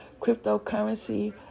cryptocurrency